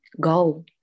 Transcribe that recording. go